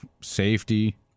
safety